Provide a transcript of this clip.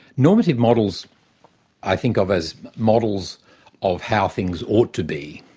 normative models i think of as models of how things ought to be.